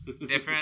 Different